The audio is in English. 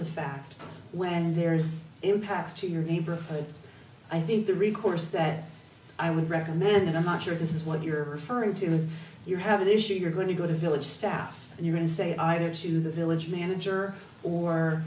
the fact when there is impacts to your neighborhood i think the recourse that i would recommend and i'm not sure this is what you're referring to is you have an issue you're going to go to village staff and you can say either to the village manager or